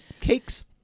cakes